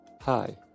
Hi